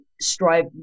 strive